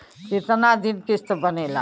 कितना दिन किस्त बनेला?